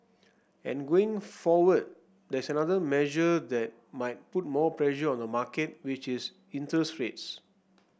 and going forward there is another measure that might put more pressure on the market which is interest rates